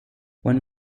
when